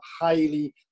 highly